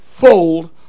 fold